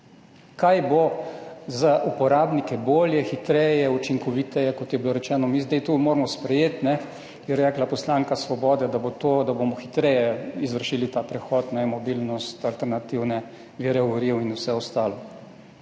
Kaj bo za uporabnike bolje, hitreje, učinkoviteje? Kot je bilo rečeno, mi zdaj to moramo sprejeti, je rekla poslanka Svobode, da bomo hitreje izvršili ta prehod na mobilnost, alternativne vire goriv in vse ostalo.